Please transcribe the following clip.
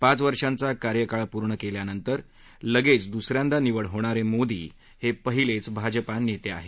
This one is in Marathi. पाच वर्षांचा कार्यकाळ पूर्ण केल्यानंतर लगेच दुस यांदा निवड होणारे मोदी हे पहिलेच भाजपा नेते आहेत